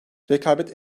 rekabet